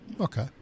Okay